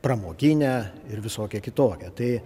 pramoginę ir visokią kitokią tai